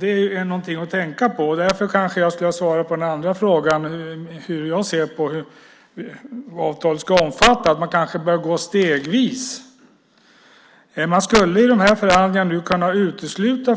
Det är någonting att tänka på. Därför kanske jag ska svara på den andra frågan om hur jag ser på vad avtalet ska omfatta. Man kanske bör gå stegvis. I de här förhandlingarna skulle man kunna utesluta